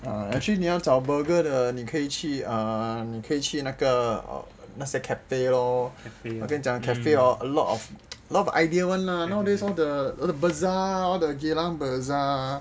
uh actually 你要找 burger 的你可以去 err 你可以去那个那些 cafe lor 我跟你讲 cafe orh a lot of idea [one] lah nowadays all the bazaar all the geylang bazaar